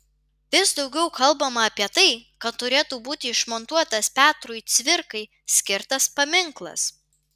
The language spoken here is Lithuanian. vis daugiau kalbama apie tai kad turėtų būti išmontuotas petrui cvirkai skirtas paminklas